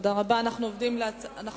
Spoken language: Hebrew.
תוצאות ההצבעה: בעד הצביעו 26,